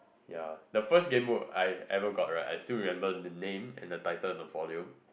ya the first Gamebook I ever got right I still remember the name and the title of the volume